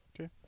Okay